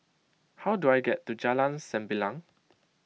how do I get to Jalan Sembilang